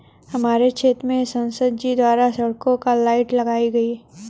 हमारे क्षेत्र में संसद जी द्वारा सड़कों के लाइट लगाई गई